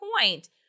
point